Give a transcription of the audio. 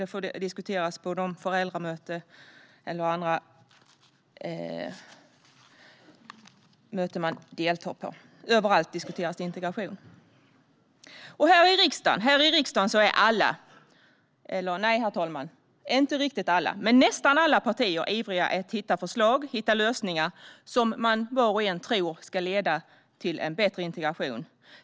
Det diskuteras på de föräldramöten eller andra möten man deltar i. Överallt diskuteras integration. Här i riksdagen är alla - nej, herr talman, nästan alla - partier ivriga att hitta förslag och lösningar som man tror ska leda till en bättre integration.